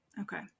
Okay